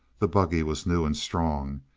the buggy was new and strong,